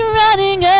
running